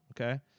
okay